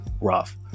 rough